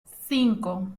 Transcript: cinco